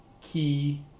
key